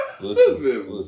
Listen